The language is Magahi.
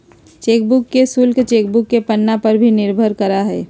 चेकबुक के शुल्क चेकबुक के पन्ना पर भी निर्भर करा हइ